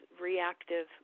reactive